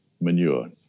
manure